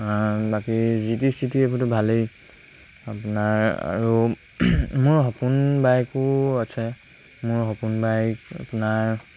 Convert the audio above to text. বাকী G T C T এইবোৰতো ভালেই আপোনাৰ আৰু মোৰ সপোন বাইকো আছে মোৰ সপোন বাইক আপোনাৰ